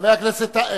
עשר דקות הפסקה.